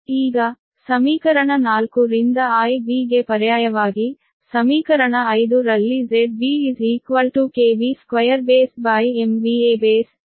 ಈಗ ಸಮೀಕರಣ 4 ರಿಂದ IB ಗೆ ಪರ್ಯಾಯವಾಗಿ ಸಮೀಕರಣ 5 ರಲ್ಲಿ ZBB2B ಇದು ಸಮೀಕರಣ 6